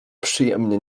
przyjemnie